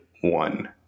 one